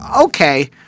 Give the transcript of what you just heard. okay